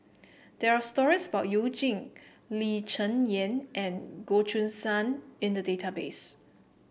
there are stories about You Jin Lee Cheng Yan and Goh Choo San in the database